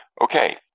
Okay